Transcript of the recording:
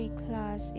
class